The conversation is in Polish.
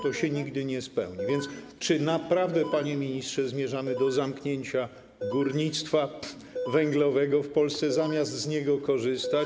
To się nigdy nie spełni, więc czy naprawdę, panie ministrze, zmierzamy do zamknięcia górnictwa węglowego w Polsce, zamiast z niego korzystać?